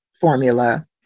formula